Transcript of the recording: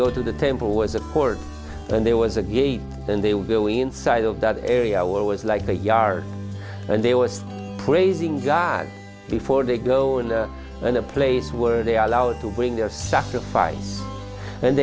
go to the temple was a poor and there was a gate and they would go inside of that area where it was like a yard and they were praising god before they go in and the place were they are allowed to bring their sacrifice and